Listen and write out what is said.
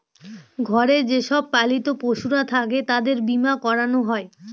ঘরে যে সব পালিত পশুরা থাকে তাদের বীমা করানো হয়